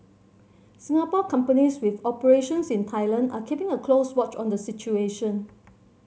Singapore companies with operations in Thailand are keeping a close watch on the situation